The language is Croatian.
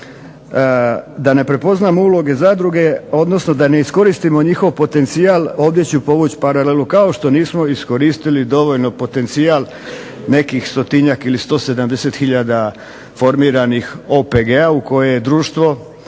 da ne prepoznamo uloge zadruge, odnosno da ne iskoristimo njihov potencijal, ovdje ću povući paralelu, kao što nismo iskoristili dovoljno potencijal nekih stotinjak, ili 170 hiljada formiranih OPG-a, u koje je društvo